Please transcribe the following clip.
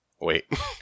Wait